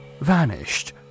vanished